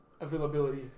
availability